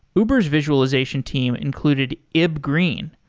uber's visualization team included ib green,